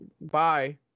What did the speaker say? Bye